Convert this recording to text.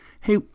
Hey